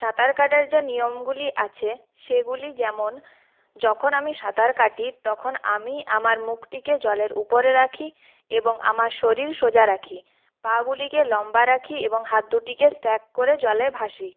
সাঁতার কাটার যে নিয়মগুলি আছে সেগুলি যেমন যখন আমি সাঁতার কাটি তখন আমি আমার মুখটিকে জলের উপরে রাখি এবং আমার শরীর সোজা রাখি পাগুলিকে লম্বা রাখি এবং হাত দুটিকে স্ট্যাক করে জলে ভাসি